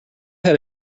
had